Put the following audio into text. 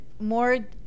more